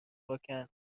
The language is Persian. پاکن